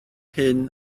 hyn